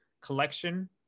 collection